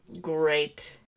Great